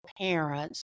parents